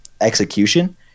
execution